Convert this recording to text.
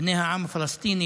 בני העם הפלסטיני,